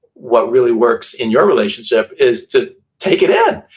what really works in your relationship, is to take it in,